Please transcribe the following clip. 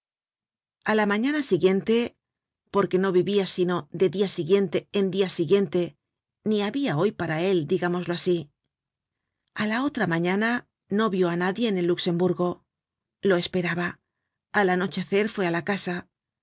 a la mañana siguiente porque no vivia sino de dia siguiente en dia siguiente ni habia hoy para él digámoslo asi á la otra mañana no vió á nadie en el luxemburgo lo esperaba al anochecer fué á la casa